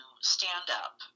stand-up